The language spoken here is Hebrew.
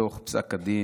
מתוך פסק הדין